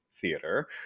Theater